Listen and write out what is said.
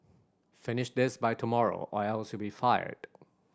finish this by tomorrow or else you'll be fired